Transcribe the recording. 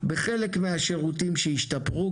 בחלק מהשירותים שהשתפרו,